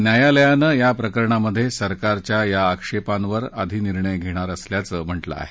न्यायालयानं या प्रकरणात सरकारच्या या आक्षेपांवर आधी निर्णय घेणार असल्याचं म्हटलं आहे